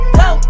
go